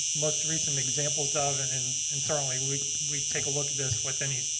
most recent examples of and and and certainly we we take a look at this. what they need.